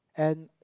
and